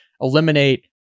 eliminate